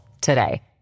today